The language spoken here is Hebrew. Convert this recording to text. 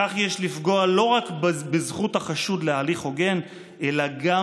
יש בה לפגוע לא רק בזכות החשוד להליך הוגן אלא גם